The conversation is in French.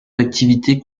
d’activité